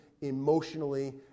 emotionally